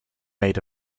made